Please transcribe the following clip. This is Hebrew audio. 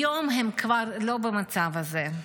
היום הם כבר לא במצב הזה.